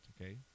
Okay